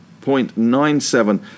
0.97